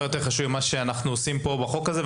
חשוב יותר ממה שאנחנו עושים פה בחוק הזה.